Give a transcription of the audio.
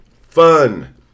fun